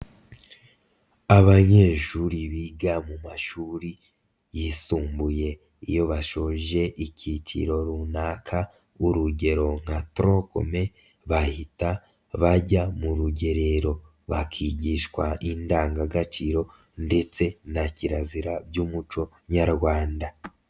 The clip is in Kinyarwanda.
Abanyeshuri biga mu mashuri yisumbuye iyo bashoje icyiciro runaka urugero nka Tronc Commun, bahita bajya mu rugerero bakigishwa indangagaciro ndetse na kirazira by'umuco Nyarwanda.